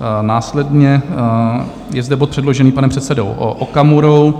A následně je zde bod předložený panem předsedou Okamurou.